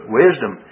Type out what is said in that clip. wisdom